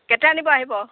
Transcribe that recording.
কেতিয়া নিব আহিব